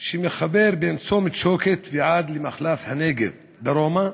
שמחבר את צומת שוקת ומחלף הנגב דרומה.